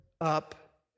up